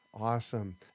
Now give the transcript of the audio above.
awesome